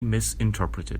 misinterpreted